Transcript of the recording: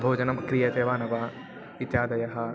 भोजनं क्रियते वा न वा इत्यादयः